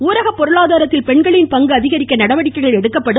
ஊரக பொருளாதாரத்தில் பெண்களின் பங்கு அதிகரிப்பதற்கு நடவடிக்கைகள் மேற்கொள்ளப்படும்